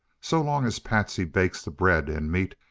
so long as patsy bakes the bread, and meat,